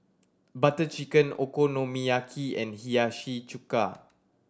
Butter Chicken Okonomiyaki and Hiyashi Chuka